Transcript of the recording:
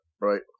right